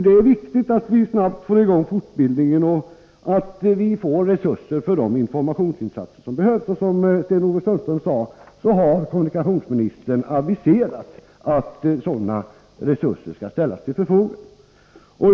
Det är viktigt att snabbt få i gång fortbildningen, och det är viktigt att vi får resurser för de informationsinsatser som behövs. Som Sten-Ove Sundström sade i sitt anförande har kommunikationsministern aviserat att sådana resurser skall ställas till förfogande.